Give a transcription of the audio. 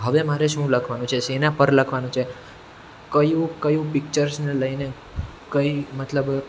હવે મારે શું લખવાનું છે શેના પર લખવાનું છે કયું કયું પિક્ચર્સને લઈને કંઈ મતલબ